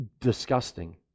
disgusting